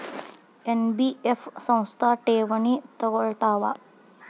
NBF ಸಂಸ್ಥಾ ಠೇವಣಿ ತಗೋಳ್ತಾವಾ?